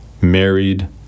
married